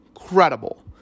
incredible